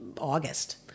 August